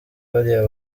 bariya